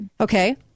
Okay